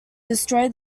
destroy